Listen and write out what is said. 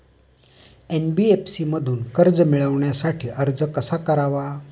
NBFC मधून कर्ज मिळवण्यासाठी अर्ज कसा करावा?